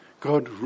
God